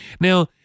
Now